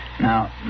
Now